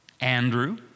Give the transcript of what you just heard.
Andrew